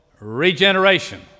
regeneration